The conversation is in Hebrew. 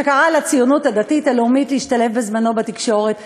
שקרא לציונות הדתית הלאומית להשתלב בזמנו בתקשורת החופשית,